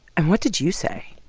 and what did you say?